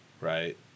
Right